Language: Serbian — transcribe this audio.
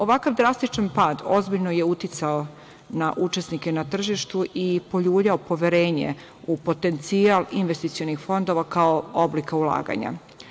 Ovakav drastičan pad ozbiljno je uticao na učesnike na tržištu i poljuljao poverenje u potencijal investicionih fondova, kao oblika ulaganja.